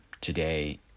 today